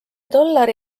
dollari